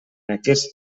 aquests